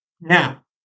Now